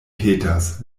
petas